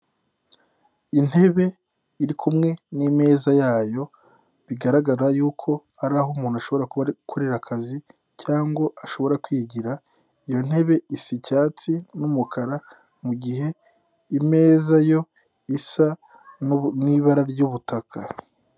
Intebe iri kumwe n'imeza yayo, bigaragara yuko ari aho umuntu ashobora kuba ari gukorera akazi cyangwa ashobora kwigira, iyo ntebesa icyatsi n'umukara, mu gihe imeza yo isa n'ibara ry'ubutaka.